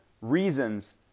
reasons